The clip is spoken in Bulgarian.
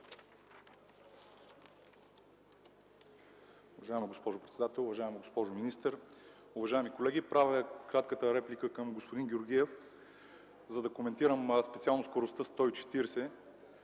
Уважаема госпожо председател, уважаема госпожо министър, уважаеми колеги! Правя кратка реплика на господин Георгиев, за да коментирам специално скоростта 140.